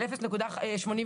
של 0.85: